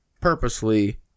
Purposely